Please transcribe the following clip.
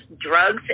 drugs